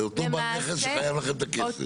לאותו בעל נכס שחייב לכם את הכסף.